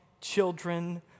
children